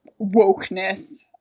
wokeness